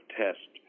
test